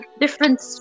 different